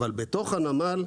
אבל בתוך הנמל,